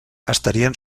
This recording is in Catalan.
estarien